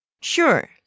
Sure